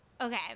okay